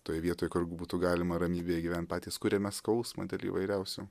toj vietoj kur būtų galima ramybėj gyventi patys kuriame skausmą dėl įvairiausių